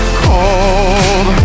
cold